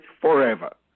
forever